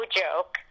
joke